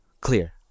clear